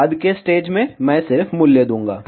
बाद के स्टेज में मैं सिर्फ मूल्य दूंगा